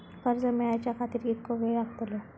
कर्ज मेलाच्या खातिर कीतको वेळ लागतलो?